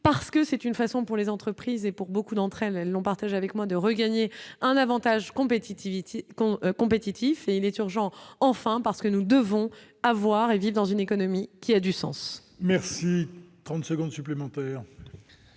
parce que c'est une façon pour les entreprises et pour beaucoup d'entre elles, elles ont partagé avec moi de regagner un Avantage compétitivité quand compétitifs et il est urgent, enfin, parce que nous devons avoir, et vivent dans une économie qui a du sens. Merci 30 secondes supplémentaires.